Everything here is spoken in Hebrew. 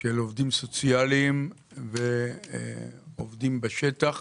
של עובדים סוציאליים ועובדים בשטח